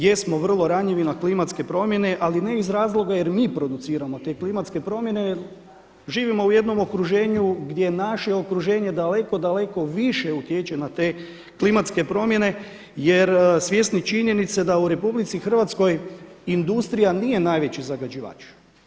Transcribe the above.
Jesmo, vrlo ranjivi na klimatske promjene ali ne iz razlog jer mi produciramo te klimatske promjene, živimo u jednom okruženju gdje naše okruženje daleko, daleko više utječe na te klimatske promjene jer svjesni činjenice da u RH industrija nije najveći zagađivač.